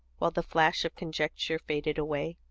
while the flash of conjecture faded away.